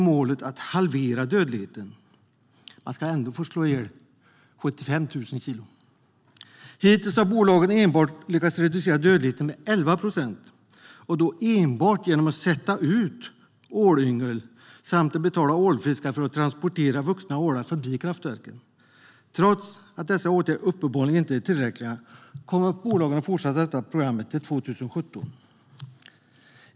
Målet är att halvera dödligheten, så man ska ändå få slå ihjäl 75 000 kilo. Hittills har bolagen endast lyckats reducera dödligheten med 11 procent, och då enbart genom att sätta ut ålyngel samt betala ålfiskare för att transportera vuxna ålar förbi kraftverken. Trots att dessa åtgärder uppenbarligen inte är tillräckliga kommer bolagen att fortsätta med detta program fram till 2017.